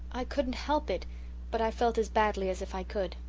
i couldn't help it but i felt as badly as if i could.